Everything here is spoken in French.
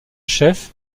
chef